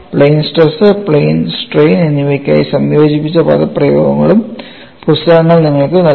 plain stress plane strain എന്നിവയ്ക്കായി സംയോജിപ്പിച്ച പദപ്രയോഗങ്ങളും പുസ്തകങ്ങൾ നിങ്ങൾക്ക് നൽകുന്നു